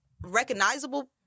recognizable